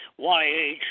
YH